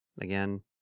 Again